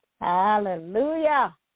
Hallelujah